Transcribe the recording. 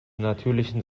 natürlichen